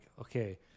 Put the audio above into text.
okay